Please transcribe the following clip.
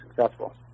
successful